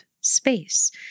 space